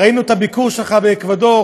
ראינו את הביקור שלך באקוודור,